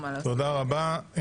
תודה רבה.